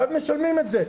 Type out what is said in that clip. ואז משלמים את זה.